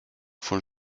von